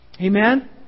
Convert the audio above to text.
Amen